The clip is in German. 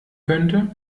könnte